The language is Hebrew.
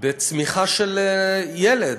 בצמיחה של ילד.